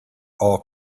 all